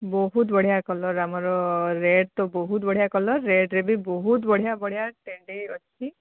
ବହୁତ ବଢ଼ିଆ କଲର୍ ଆମର ରେଡ଼୍ ତ ବହୁତ ବଢ଼ିଆ କଲର୍ ରେଡ଼୍ରେ ବି ବହୁତ ବଢ଼ିଆ ବଢ଼ିଆ ଟେଡ୍ଡି ଅଛି